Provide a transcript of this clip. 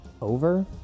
over